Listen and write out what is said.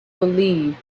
believed